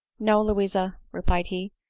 no, louisa, replied he,